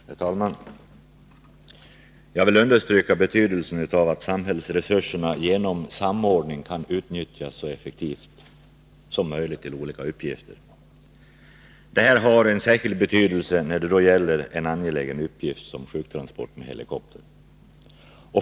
beredskapen vid Herr talman! Jag vill understryka betydelsen av att samhällsresurserna flygflottiljerna i genom samordning kan utnyttjas så effektivt som möjligt till olika uppgifter. Söderhamn och Detta har särskild betydelse när det gäller en angelägen uppgift som I uleå sjuktransporter med helikopter.